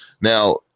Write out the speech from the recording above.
Now